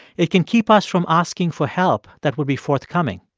it can keep us from asking for help that would be forthcoming.